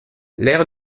l’ère